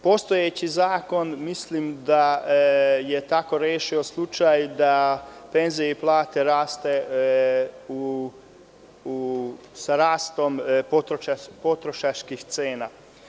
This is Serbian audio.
Postojeći zakon mislim da je tako rešio slučaj, da penzije i plate rastu sa rastom potrošačkih cena.